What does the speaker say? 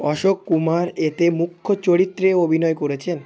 অশোক কুমার এতে মুখ্য চরিত্রে অভিনয় করেছেন